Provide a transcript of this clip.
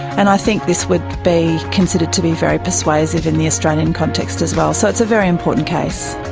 and i think this would be considered to be very persuasive in the australian context as well. so it's a very important case.